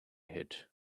hid